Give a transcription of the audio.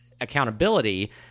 accountability